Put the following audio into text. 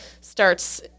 starts